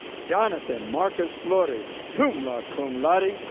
johnathan marcus flores, summa cum laude,